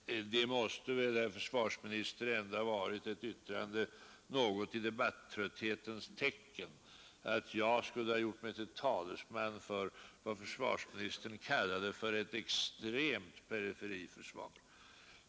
Fru talman! Det måste väl, herr försvarsminister, ändå ha varit ett yttrande något i debattrötthetens tecken, att jag skulle ha gjort mig till talesman för vad försvarsministern kallade ett extremt periferiförsvar.